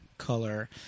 color